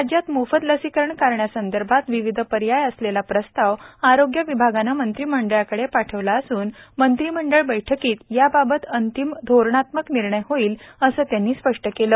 राज्यात मोफत लसीकरण करण्यासंदर्भातील विविध पर्याय असलेला प्रस्ताव आरोग्य विभागाने मंत्रिमंडळाकडे पाठवला असून मंत्रिमंडळ बैठकीत याबाबत अंतींम धोरणात्मक निर्णय होईल असं त्यांनी स्पष्ट केलं